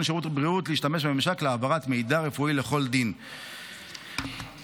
שירותי בריאות להשתמש בממשק להעברת מידע רפואי לפי כל דין.